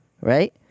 Right